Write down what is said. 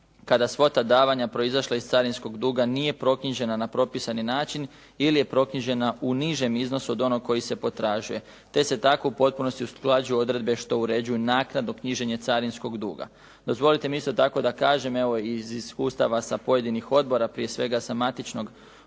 kada svota davanja proizašla iz carinskog duga nije proknjižena na propisani način ili je proknjižena u nižem iznosu od onog koji se potražuje te se tako u potpunosti usklađuju odredbe što uređuju naknadno knjiženje carinskog duga. Dozvolite mi isto tako da kažem, evo i iz iskustava sa pojedinih odbora, prije svega sa matičnog